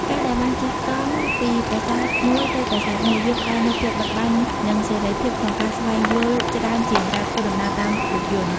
ការដែលបានជិះកង់ពីប្រាសាទមួយទៅប្រាសាទមួយ វាផ្ដល់នូវភាពបត់បែននិងសេរីភាពក្នុងការស្វែងយល់ច្រើនជាងការធ្វើដំណើរតាមរថយន្ត។